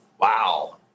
wow